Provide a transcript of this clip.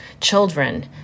children